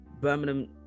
Birmingham